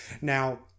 Now